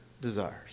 desires